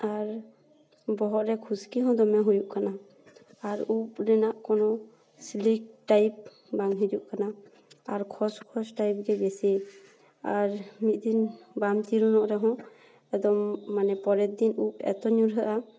ᱟᱨ ᱵᱚᱦᱚᱜ ᱨᱮ ᱠᱷᱩᱥᱠᱤ ᱦᱚᱸ ᱫᱚᱢᱮ ᱦᱩᱭᱩᱜ ᱠᱟᱱᱟ ᱟᱨ ᱩᱯ ᱨᱮᱱᱟᱜ ᱠᱳᱱᱳ ᱥᱞᱤᱠ ᱴᱟᱭᱤᱯ ᱵᱟᱝ ᱦᱤᱡᱩᱜ ᱠᱟᱱᱟ ᱟᱨ ᱠᱷᱚᱥ ᱠᱷᱚᱥ ᱴᱟᱭᱤᱯ ᱜᱮ ᱵᱤᱥᱤ ᱟᱨ ᱢᱤᱫ ᱫᱤᱱ ᱵᱟᱢ ᱪᱤᱨᱩᱱᱚᱜ ᱨᱮᱦᱚᱸ ᱮᱠᱫᱚᱢ ᱢᱟᱱᱮ ᱯᱚᱨᱮᱨ ᱫᱤᱱ ᱩᱯ ᱮᱛᱚ ᱧᱩᱨᱦᱟᱹᱜᱼᱟ